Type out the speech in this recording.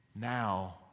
now